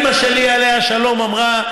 אימא שלי, עליה השלום, אמרה: